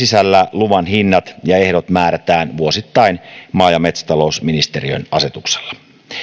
sisällä luvan hinnat ja ehdot määrätään vuosittain maa ja metsätalousministeriön asetuksella